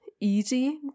easy